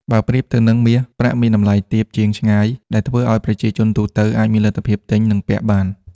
បើប្រៀបធៀបទៅនឹងមាស ប្រាក់មានតម្លៃទាបជាងឆ្ងាយ ដែលធ្វើឲ្យប្រជាជនទូទៅអាចមានលទ្ធភាពទិញ និងពាក់បាន។